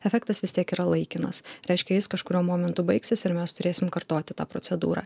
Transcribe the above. efektas vis tiek yra laikinas reiškia jis kažkuriuo momentu baigsis ir mes turėsim kartoti tą procedūrą